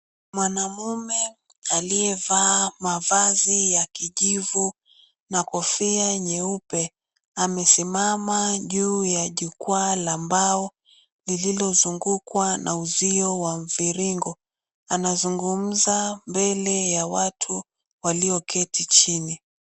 Mwanaume aliyevaa mavazi ya kijivu na kofia nyeupe amesimama juu ya jukwa la mbao lililozungukwa na uzio wa mviringo anazungumza mbele ya watu walioketi chini.